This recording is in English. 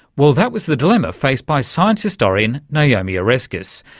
well, that was the dilemma faced by science historian naomi oreskes,